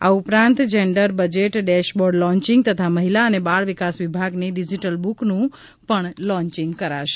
આ ઉપરાંત gender budget dashboard launching તથા મહિલા અને બાળ વિકાસ વિભાગની ડીજીટલ બુકનું લોન્ચિંગ કરાશે